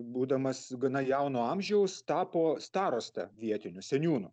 būdamas gana jauno amžiaus tapo starasta vietiniu seniūnu